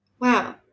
Wow